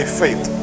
faith